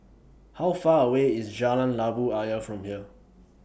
How Far away IS Jalan Labu Ayer from here